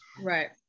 Right